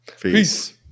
Peace